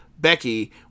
Becky